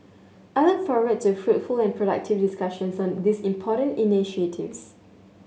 I look forward to fruitful and productive discussions on these important initiatives